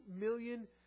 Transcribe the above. million